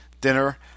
dinner